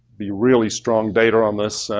be really strong data on this.